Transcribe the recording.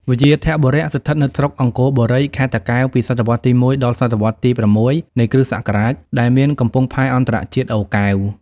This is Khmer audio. វ្យាធបុរៈ ស្ថិតនៅស្រុកអង្គរបូរី ខេត្តតាកែវពីសតវត្សរ៍ទី១ ដល់ សតវត្សរ៍ ទី៦ នៃគ្រិស្តសករាជ ដែលមានកំពង់ផែអន្តរជាតិ អូរកែវ ។